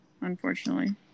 unfortunately